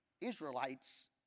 Israelites